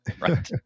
right